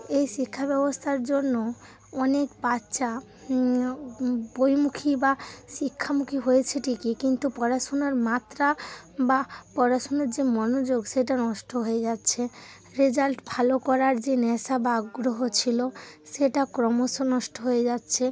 এই শিক্ষা ব্যবস্থার জন্য অনেক বাচ্চা বইমুখী বা শিক্ষামুখী হয়েছে ঠিকই কিন্তু পড়াশুনার মাত্রা বা পড়াশুনার যে মনোযোগ সেটা নষ্ট হয়ে যাচ্ছে রেজাল্ট ভালো করার যে নেশা বা আগ্রহ ছিল সেটা ক্রমশ নষ্ট হয়ে যাচ্ছে